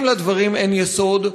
אם לדברים אין יסוד,